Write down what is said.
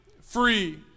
free